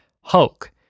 Hulk